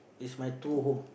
is my true home